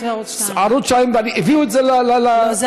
לא בערוץ 1 וערוץ 2. ערוץ 2. לא,